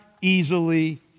easily